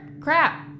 Crap